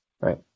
Right